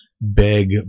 beg